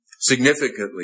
Significantly